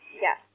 Yes